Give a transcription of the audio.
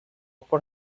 por